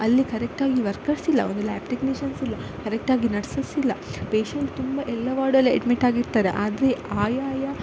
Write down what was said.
ಅಲ್ಲಿ ಕರೆಕ್ಟಾಗಿ ವರ್ಕರ್ಸ್ ಇಲ್ಲ ಒಂದು ಲ್ಯಾಬ್ ಟೆಕ್ನಿಷನ್ಸ್ ಇಲ್ಲ ಕರೆಕ್ಟಾಗಿ ನರ್ಸಸ್ ಇಲ್ಲ ಪೇಶೆಂಟ್ ತುಂಬ ಎಲ್ಲ ವಾರ್ಡಲ್ಲಿ ಅಡ್ಮಿಟ್ ಆಗಿರ್ತಾರೆ ಆದರೆ ಆಯಾ